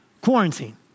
quarantine